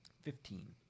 fifteen